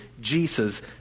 Jesus